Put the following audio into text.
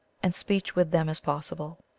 and speech with them is possible.